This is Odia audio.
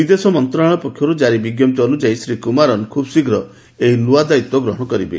ବିଦେଶ ମନ୍ତ୍ରଣାଳୟ ପକ୍ଷରୁ ଜାରି ବିଙ୍କପ୍ତି ଅନୁଯାୟୀ ଶ୍ରୀ କୁମାରନ ଖୁବ୍ ଶୀଘ୍ର ଏହି ନୂଆ ଦାୟିତ୍ୱ ଗ୍ରହଣ କରିବେ